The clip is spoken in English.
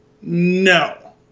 No